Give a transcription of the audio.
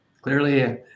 clearly